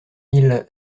mille